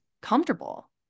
comfortable